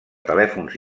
telèfons